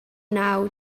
naw